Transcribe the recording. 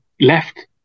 left